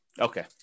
Okay